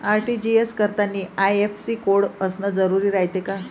RTGS करतांनी IFSC code असन जरुरी रायते का?